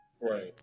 right